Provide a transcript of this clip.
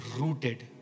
rooted